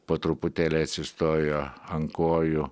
po truputėlį atsistojo ant kojų